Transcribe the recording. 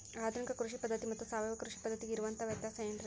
ಆಧುನಿಕ ಕೃಷಿ ಪದ್ಧತಿ ಮತ್ತು ಸಾವಯವ ಕೃಷಿ ಪದ್ಧತಿಗೆ ಇರುವಂತಂಹ ವ್ಯತ್ಯಾಸ ಏನ್ರಿ?